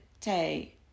Tay